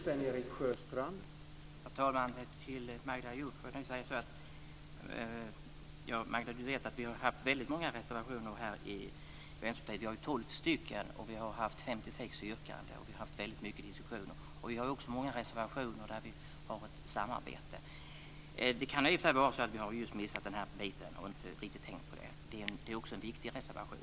Herr talman! Vi har haft väldigt många reservationer, närmare bestämt tolv stycken, och vi har framställt 56 yrkanden. Det är också många reservationer som vi har avgett i samarbete med andra partier. Det kan i och för sig vara så att vi har missat i det här fallet. Det är också en viktig reservation.